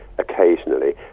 Occasionally